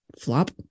flop